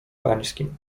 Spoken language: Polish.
pańskim